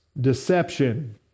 deception